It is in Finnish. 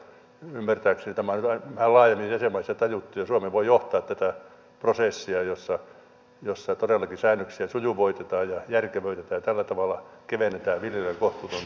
ymmärtääkseni tämä on nyt vähän laajemmin jäsenmaissa tajuttu ja suomi voi johtaa tätä prosessia jossa todellakin säännöksiä sujuvoitetaan ja järkevöitetään ja tällä tavalla kevennetään viljelijöiden kohtuutonta taakkaa